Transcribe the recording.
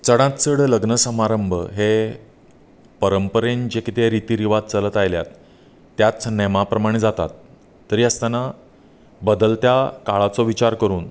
चडांत चड लग्न सभारंभ हे परंपरेन जे कितें रिती रिवाज चलत आयल्यात त्याच नेमा प्रमाणें जातात तरी आसतना बदलत्या काळाचो विचार करून